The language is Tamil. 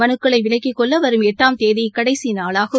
மனுக்களைவிலக்கிக் கொள்ளஎட்டாம் தேதிகடைசிநாளாகும்